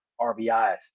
RBIs